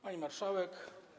Pani Marszałek!